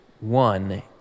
one